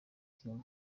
kim